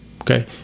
Okay